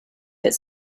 its